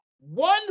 one